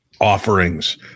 Offerings